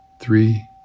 three